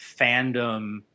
fandom